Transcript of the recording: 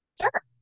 Sure